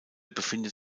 befindet